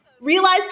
Realized